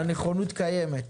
הנכונות קיימת,